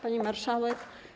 Pani Marszałek!